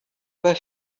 pas